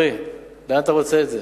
חברי, לאן אתה רוצה את זה?